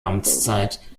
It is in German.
amtszeit